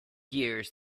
years